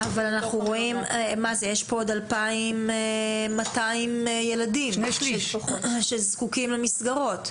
יש כאן עוד 2,200 ילדים שזקוקים למסגרות.